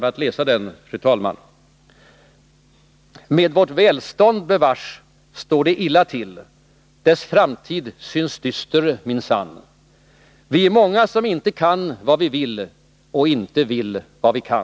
Den har följande lydelse: Med vårt välstånd, bevars, står det illa till Dess framtid syns dyster minsann. Vi är många som inte kan vad vi vill och inte vill vad vi kan.